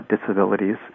disabilities